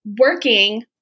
working